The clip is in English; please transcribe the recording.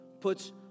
puts